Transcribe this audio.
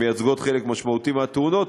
שמעורבים בחלק משמעותי של התאונות.